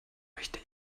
möchte